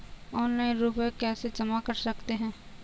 Offline रुपये कैसे जमा कर सकते हैं?